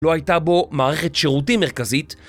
לא הייתה בו מערכת שירותים מרכזית